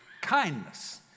kindness